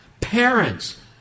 Parents